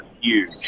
huge